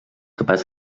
capaç